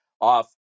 off